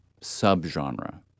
sub-genre